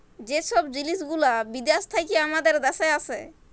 যে ছব জিলিস গুলা বিদ্যাস থ্যাইকে আমাদের দ্যাশে আসে